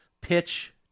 pitch